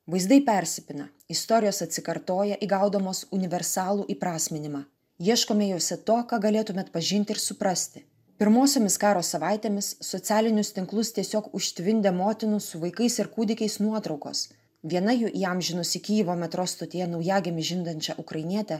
vaizdai persipina istorijos atsikartoja įgaudamos universalų įprasminimą ieškome juose to ką galėtume atpažinti ir suprasti pirmosiomis karo savaitėmis socialinius tinklus tiesiog užtvindė motinų su vaikais ir kūdikiais nuotraukos viena jų įamžinusi kijevo metro stotyje naujagimį žindančią ukrainietę